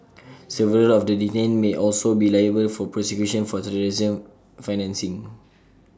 several of the detained may also be liable for prosecution for terrorism financing